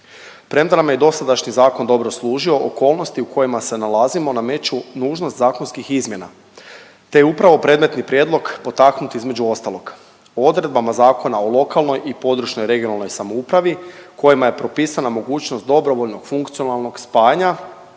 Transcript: Premda nam je dosadašnji zakon dobro služio, okolnosti u kojima se nalazimo nameću nužnost zakonskih izmjena, te je upravo predmetni prijedlog potaknut između ostalog, odredbama Zakona o lokalnoj i područnoj (regionalnoj) samoupravi kojima je propisana mogućnost dobrovoljnog funkcionalnog spajanja